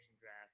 draft